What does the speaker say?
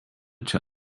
čia